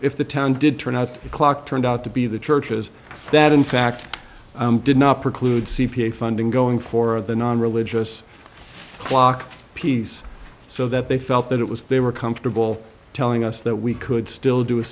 if the town did turn out the clock turned out to be the churches that in fact did not preclude c p a funding going for the non religious block piece so that they felt that it was they were comfortable telling us that we could still do a